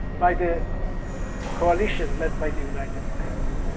by the coalition led by the united states.